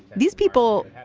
these people,